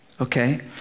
okay